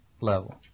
level